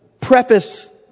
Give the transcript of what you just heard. preface